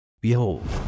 Behold